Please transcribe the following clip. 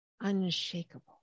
unshakable